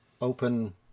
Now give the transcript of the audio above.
open